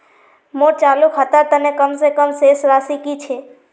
मोर चालू खातार तने कम से कम शेष राशि कि छे?